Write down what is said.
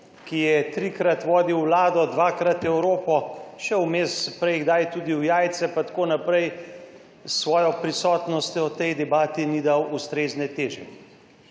ki je trikrat vodil Vlado, dvakrat Evropo, še vmes, prej kdaj tudi v Jajce, pa tako naprej, s svojo prisotnostjo o tej debati ni dal ustrezne teže.